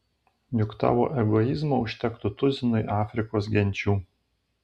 juk tavo egoizmo užtektų tuzinui afrikos genčių